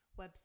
website